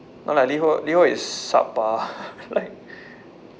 no lah Liho Liho is subpar like